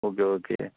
okay okay